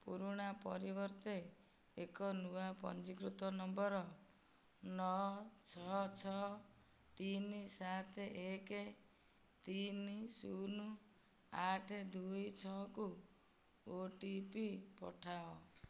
ପୁରୁଣା ପରିବର୍ତ୍ତେ ଏକ ନୂଆ ପଞ୍ଜୀକୃତ ନମ୍ବର ନଅ ଛଅ ଛଅ ତିନି ସାତ ଏକ ତିନି ଶୂନ ଆଠ ଦୁଇ ଛଅ କୁ ଓ ଟି ପି ପଠାଅ